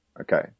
okay